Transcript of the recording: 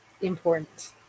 important